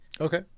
Okay